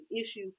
issue